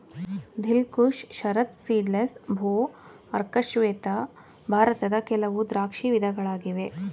ದಿಲ್ Khush, Sharad seedless, ಭೋ, ಅರ್ಕ ಶ್ವೇತ ಭಾರತದ ಕೆಲವು ದ್ರಾಕ್ಷಿ ವಿಧಗಳಾಗಿ